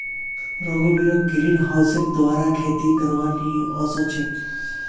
रघुवीरक ग्रीनहाउसेर द्वारा खेती करवा नइ ओस छेक